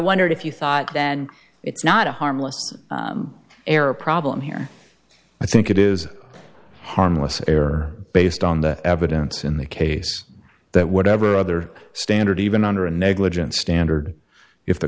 wondered if you thought then it's not a harmless error problem here i think it is harmless error based on the evidence in the case that whatever other standard even under a negligent standard if the